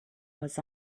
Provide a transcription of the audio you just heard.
was